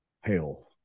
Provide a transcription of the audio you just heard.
hell